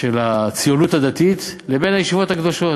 של הציונות הדתית לבין הישיבות הקדושות.